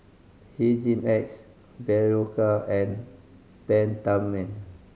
Hygin X Berocca and Peptamen